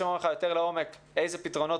נשמח לשמוע ממך יותר לעומק איזה פתרונות